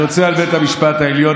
אני רוצה לדבר על בית המשפט העליון,